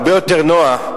הרבה יותר נוח,